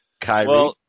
Kyrie